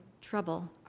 trouble